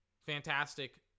fantastic